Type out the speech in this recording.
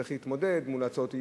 צריך להתמודד מול הצעות אי-אמון,